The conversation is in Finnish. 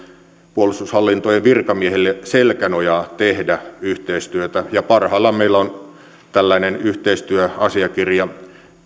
puolustushallintojen virkamiehille selkänojaa tehdä yhteistyötä parhaillaan meillä on tällainen yhteistyöasiakirja